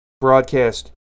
broadcast